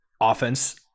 offense